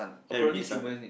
there you need sun